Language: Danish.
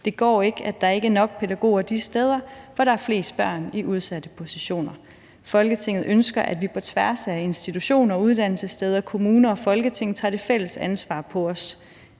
Det går ikke, at der ikke er nok pædagoger de steder, hvor der er flest børn i udsatte positioner. Folketinget ønsker, at vi på tværs af institutioner, uddannelsessteder, kommuner og Folketing tager det fælles ansvar på os.